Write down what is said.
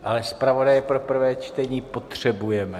Ale zpravodaje pro prvé čtení potřebujeme.